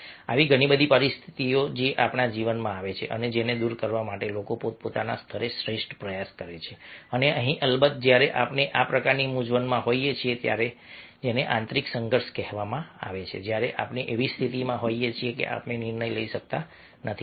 આવી ઘણી બધી પરિસ્થિતિઓ આપણા જીવનમાં આવે છે અને જેને દૂર કરવા માટે લોકો પોતપોતાના સ્તરે શ્રેષ્ઠ પ્રયાસ કરે છે અને અહીં અલબત્ત જ્યારે આપણે આ પ્રકારની મૂંઝવણમાં હોઈએ છીએ જેને આંતરિક સંઘર્ષ કહેવામાં આવે છે ત્યારે આપણે એવી સ્થિતિમાં હોઈએ છીએ કે આપણે નિર્ણય લઈ શકતા નથી